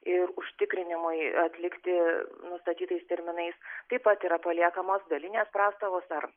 ir užtikrinimui atlikti nustatytais terminais taip pat yra paliekamos dalinės prastovos ar